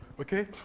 Okay